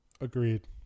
Agreed